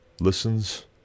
listens